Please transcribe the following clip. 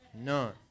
none